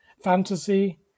Fantasy